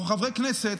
אנחנו חברי כנסת,